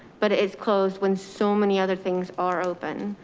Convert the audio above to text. but it's closed when so many other things are open.